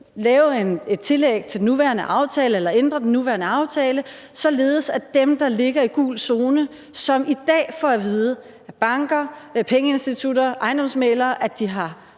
lave et tillæg til den nuværende aftale eller ændre den nuværende aftale, således at dem, der ligger i gul zone, og som i dag får at vide af banker, pengeinstitutter, ejendomsmæglere, at de